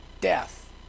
death